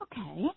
Okay